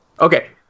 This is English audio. Okay